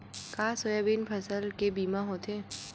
का सोयाबीन फसल के बीमा होथे?